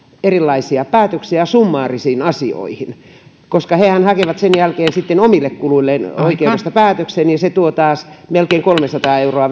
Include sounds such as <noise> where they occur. erilaisia päätöksiä summaarisiin asioihin koska hehän hakevat sen jälkeen omille kuluilleen oikeudesta päätöksen ja se tuo velallisille taas melkein kolmesataa euroa <unintelligible>